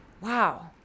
Wow